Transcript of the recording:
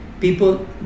People